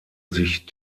sich